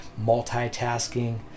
multitasking